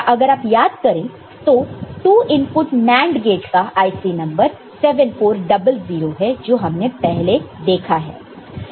अगर आप याद करें तो 2 इनपुट NAND गेट का IC नंबर 7400 है जो हमने पहले देखा है